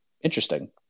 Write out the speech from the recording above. Interesting